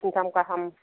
फिनथाम गाहाम